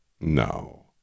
No